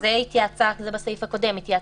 זה בסעיף הקודם: "שהתייעצה,